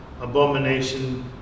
abomination